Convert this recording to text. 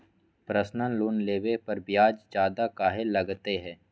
Personal loan लेबे पर ब्याज ज्यादा काहे लागईत है?